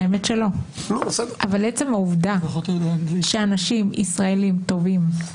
האמת שלא אבל עצם העובדה שאנשים ישראלים טובים,